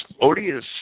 odious